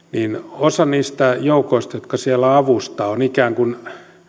osa niistä joukoista jotka siellä avustavat on ikään kuin